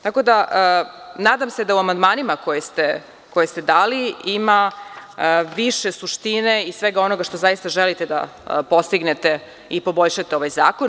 Tako da, nadam se da u amandmanima koje ste dali ima više suštine i svega onoga što zaista želite da postignete i poboljšate ovaj zakon.